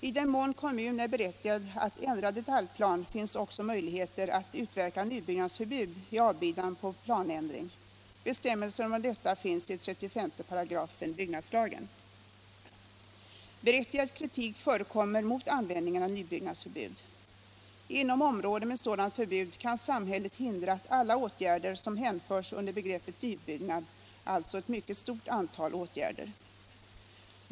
I den mån kommun är berättigad att ändra detaljplan finns också möjligheter att utverka nybyggnadsförbud i avbidan på planändring. Bestämmelser om detta finns i 35 § byggnadslagen. Berättigad kritik förekommer mot användningen av nybyggnadsförbud. Inom område med sådant förbud kan samhället hindra alla åtgärder som hänförs under begreppet nybyggnad, alltså ett mycket stort antal åtgärder.